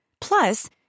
Plus